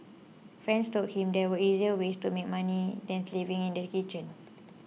friends told him there were easier ways to make money than slaving in the kitchen